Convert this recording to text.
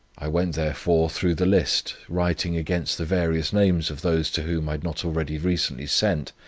i went therefore through the list, writing against the various names of those to whom i had not already recently sent,